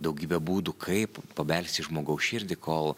daugybę būdų kaip pabelsti į žmogaus širdį kol